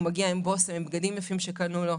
הוא מגיע עם בושם, עם בגדים יפים שקנו לו.